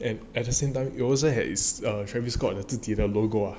and at the same time you also had his err travis scott 的自己的 logo